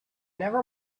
never